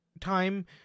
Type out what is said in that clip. time